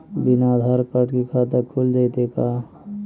बिना आधार कार्ड के खाता खुल जइतै का?